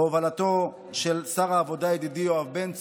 בהובלתו של שר העבודה ידידי יואב בן צור,